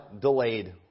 delayed